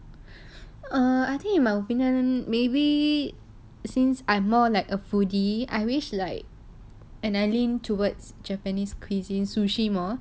err I think you my opinions maybe since I'm more like a foodie I wish like and I lean towards japanese cuisine sushi more